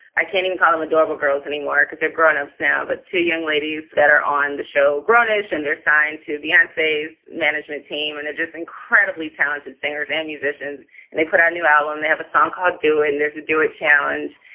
i can't even colomb adorable girls anymore because they're grown ups now. but two young ladies that are on the show. grown ish. and they're signed to beyonce's management team. and they're just incredibly talented singers and musicians. and they put out a new album. they have a song called do and there's a do it challenge.